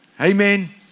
Amen